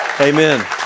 Amen